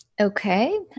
Okay